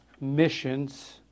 missions